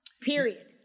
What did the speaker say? period